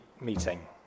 meeting